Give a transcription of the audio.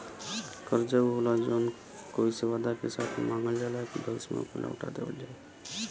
कर्जा ऊ होला जौन कोई से वादा के साथ मांगल जाला कि भविष्य में ओके लौटा देवल जाई